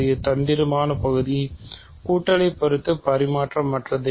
இது தந்திரமான பகுதி கூட்டல் பொறுத்து பரிமாற்றம் அற்றது